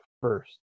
first